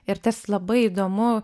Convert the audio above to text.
ir tas labai įdomu